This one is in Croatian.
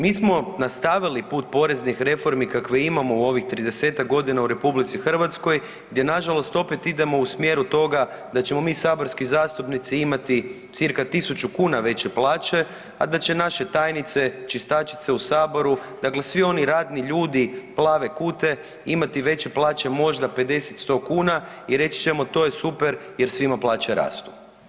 Mi smo nastavili put poreznih reformi kakve imamo u ovih 30-tak godina u RH gdje nažalost opet idemo u smjeru toga da ćemo mi saborski zastupnici imati cca 1.000 kuna veće plaće, a da će naše tajnice, čistačice u saboru dakle svi oni radni ljudi plave kute imati veće plaće možda 50, 100 kuna i reći ćemo to je super jer svima plaće rastu.